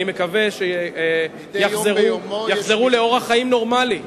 אני מקווה שיחזרו לאורח חיים נורמלי.